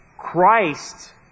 Christ